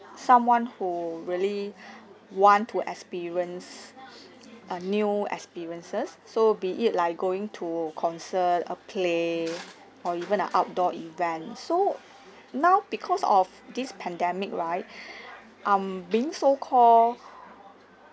someone who really want to experience a new experiences so be it like going to concert a play or even an outdoor event so now because of this pandemic right um being so call